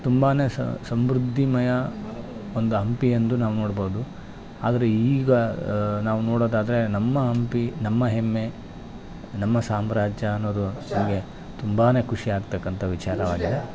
ತುಂಬಾ ಸಮೃದ್ಧಿಯ ಹೊಂದ ಹಂಪಿ ಎಂದು ನಾವು ನೋಡ್ಬೌದು ಆದ್ರೆ ಈಗ ನಾವು ನೋಡೋದಾದರೆ ನಮ್ಮ ಹಂಪಿ ನಮ್ಮ ಹೆಮ್ಮೆ ನಮ್ಮ ಸಾಮ್ರಾಜ್ಯ ಅನ್ನೋದು ನಮಗೆ ತುಂಬಾ ಖುಷಿ ಆಗ್ತಕ್ಕಂಥ ವಿಚಾರವಾಗಿದೆ